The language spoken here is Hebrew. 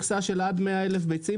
תוספת מכסה של עד 100,000 ביצים,